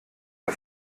ihr